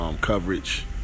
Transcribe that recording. coverage